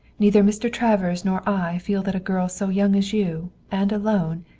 neither mr. travers nor i feel that a girl so young as you, and alone,